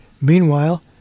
Meanwhile